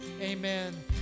amen